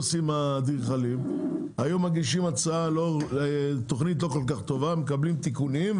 האדריכלים היו מגישים תוכנית לא כול כך טובה ומקבלים תיקונים,